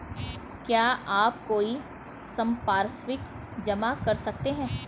क्या आप कोई संपार्श्विक जमा कर सकते हैं?